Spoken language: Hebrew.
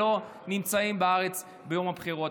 שלא נמצאים בארץ ביום הבחירות.